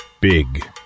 Big